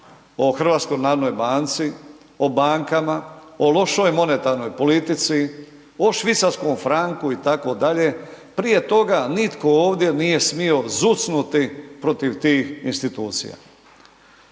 o financijama, o HNB-u, o bankama, o lošoj monetarnoj politici, o švicarskom franku itd., prije toga nitko ovdje nije smio zucnuti protiv tih institucija.